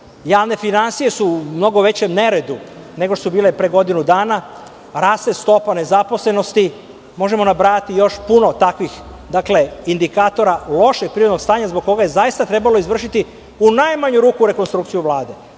javne finansije su mnogo veće, u neredu, nego što su bile pre godinu dana, raste stopa nezaposlenosti. Možemo nabrajati još puno takvih indikatora lošeg privrednog stanja zbog koga je trebalo izvršiti u najmanju ruku rekonstrukciju Vlade,